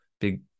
big